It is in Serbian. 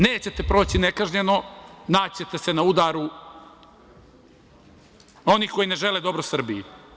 Nećete proći nekažnjeno, naći ćete se na udaru onih koji ne žele dobro Srbiji.